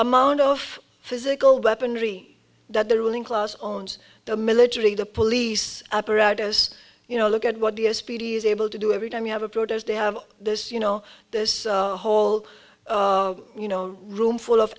amount of physical weaponry that the ruling class owns the military the police apparatus you know look at what the s p d is able to do every time you have a protest they have this you know this whole you know room full of